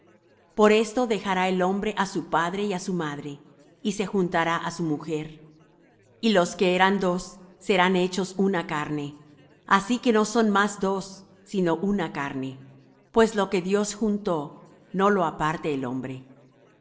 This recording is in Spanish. por esto dejará el hombre á su padre y á su madre y se juntará á su mujer y los que eran dos serán hechos una carne así que no son más dos sino una carne pues lo que dios juntó no lo aparte el hombre